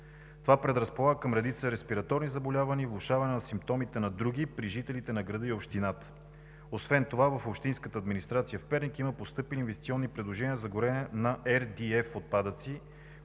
Това предразполага към редица респираторни заболявания и влошаване на симптомите на други при жителите на града и на общината. Освен това в общинската администрация в Перник има постъпили инвестиционни предложения за горене на RDF отпадъци,